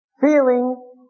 feeling